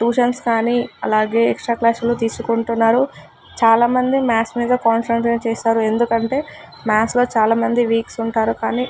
tuitions కానీ అలాగే extra క్లాసులు తీసుకుంటున్నారు చాలామంది మ్యాథ్స్ మీద కాన్సెంట్రేట్ చేస్తారు ఎందుకంటే మ్యాథ్స్లో చాలామంది వీక్ ఉంటారు కానీ